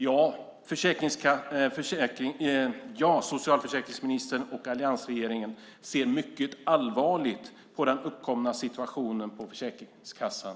Ja - socialförsäkringsministern och alliansregeringen ser mycket allvarligt på den uppkomna situationen på Försäkringskassan.